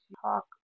talk